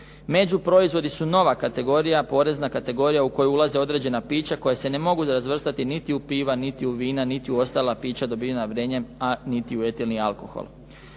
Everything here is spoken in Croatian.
Međuproizvodi su nova kategorija, porezna kategorija u koju ulaze određena pića koja se ne mogu razvrstati niti u piva, niti u vina, niti u ostala pića dobivena vrenjem, a niti u etilni alkohol.